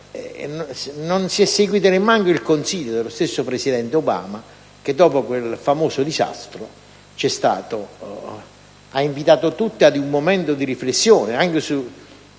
Non si è seguito neanche il consiglio dello stesso presidente Obama che, dopo quel famoso disastro, ha invitato tutti ad un momento di riflessione.